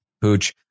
Pooch